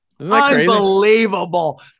Unbelievable